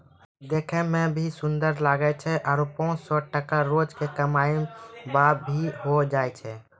देखै मॅ भी सुन्दर लागै छै आरो पांच सौ टका रोज के कमाई भा भी होय जाय छै